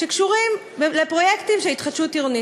שקשורים לפרויקטים של התחדשות עירונית.